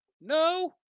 No